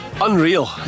Unreal